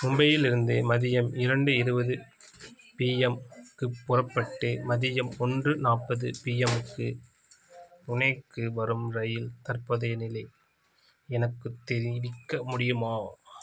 மும்பையிலிருந்து மதியம் இரண்டு இருபது பிஎம் க்கு புறப்பட்டு மதியம் ஒன்று நாற்பது பிஎம் க்கு புனேவுக்கு வரும் ரயில் தற்போதைய நிலை எனக்குத் தெரிவிக்க முடியுமா